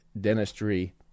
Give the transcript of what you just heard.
dentistry